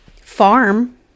farm